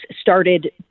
started